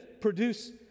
produce